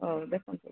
ହଉ ଦେଖନ୍ତୁ